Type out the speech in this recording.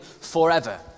forever